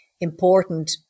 important